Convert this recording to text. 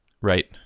Right